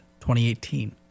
2018